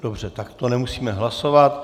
Dobře, tak to nemusíme hlasovat.